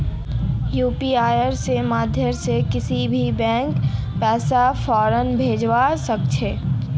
यूपीआईर माध्यम से किसी भी बैंकत पैसा फौरन भेजवा सके छे